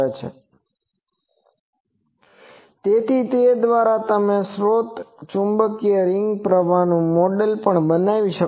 તેથી તે દ્વારા તમે સ્રોત ચુંબકીય રીંગ પ્રવાહનું મોડેલ પણ બનાવી શકો છો